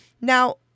now